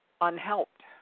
unhelped